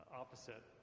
opposite